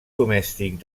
domèstic